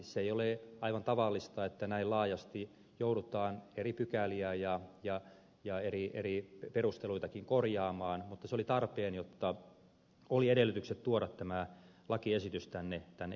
se ei ole aivan tavallista että näin laajasti joudutaan eri pykäliä ja eri perusteluitakin korjaamaan mutta se oli tarpeen jotta oli edellytykset tuoda tämä lakiesitys tänne eduskuntaan